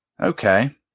Okay